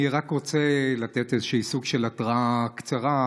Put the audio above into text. אני רק רוצה לתת איזשהו סוג של התראה קצרה.